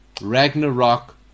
Ragnarok